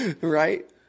Right